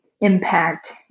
impact